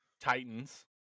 Titans